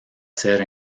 ser